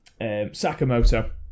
Sakamoto